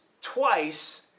twice